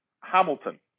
Hamilton